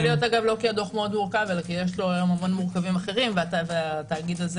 יכול להיות גם לא כי הדוח מאוד מורכב אלא סדרי עדיפויות בין תאגידים.